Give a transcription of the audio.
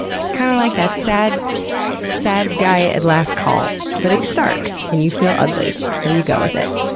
he's kind of like that sad sad guy at last call, but it's dark and you feel ugly. so you go with it.